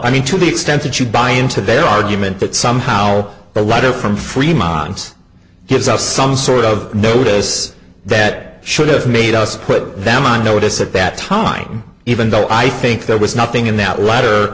of me to the extent that you buy into their argument that somehow the letter from fremont gives us some sort of notice that should have made us put them on notice at that time even though i think there was nothing in that letter